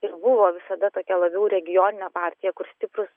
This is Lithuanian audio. ir buvo visada tokia labiau regioninė partija kur stiprūs